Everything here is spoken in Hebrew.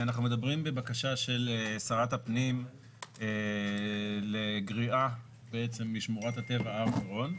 אנחנו מדברים בבקשה של שרת הפנים לגריעה משמורת הטבע הר מירון.